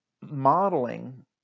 modeling